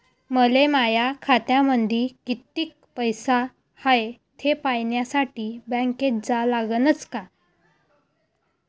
मले माया खात्यामंदी कितीक पैसा हाय थे पायन्यासाठी बँकेत जा लागनच का?